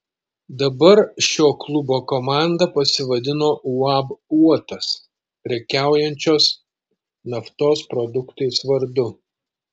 dabar šio klubo komanda pasivadino uab uotas prekiaujančios naftos produktais vardu